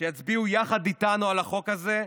שיצביעו יחד איתנו על החוק הזה,